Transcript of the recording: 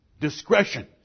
Discretion